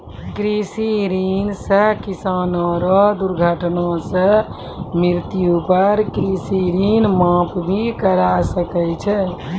कृषि ऋण सह किसानो रो दुर्घटना सह मृत्यु पर कृषि ऋण माप भी करा सकै छै